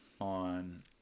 on